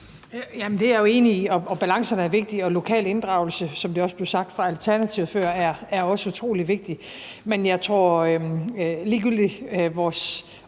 det er jeg jo enig i. Balancerne er vigtige, og lokal inddragelse, som det også blev sagt fra Alternativets side før, er også utrolig vigtigt. Men jeg tror,